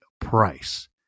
price